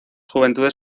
juventudes